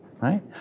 Right